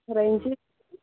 range